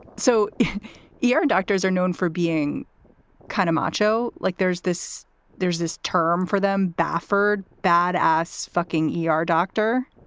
so your ah and doctors are known for being kind of macho, like there's this there's this term for them. barford bad ass fucking e r. doctor